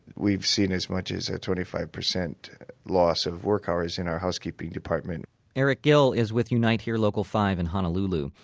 we've seen as much as a twenty five percent loss of work hours in our housekeeping department eric gill is with unite here! local five in honolulu.